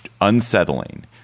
unsettling